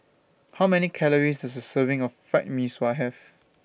How Many Calories Does A Serving of Fried Mee Sua Have